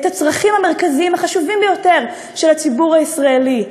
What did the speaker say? הצרכים המרכזיים החשובים ביותר של הציבור הישראלי,